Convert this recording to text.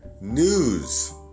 news